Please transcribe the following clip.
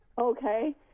Okay